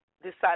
decided